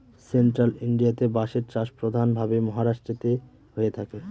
central ইন্ডিয়াতে বাঁশের চাষ প্রধান ভাবে মহারাষ্ট্রেতে হয়ে থাকে